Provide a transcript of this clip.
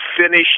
finish